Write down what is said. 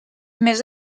més